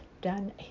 done